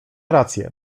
rację